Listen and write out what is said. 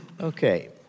Okay